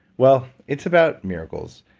well it's about miracle.